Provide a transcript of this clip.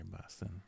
Boston